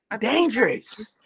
dangerous